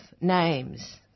names